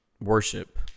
worship